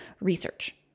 research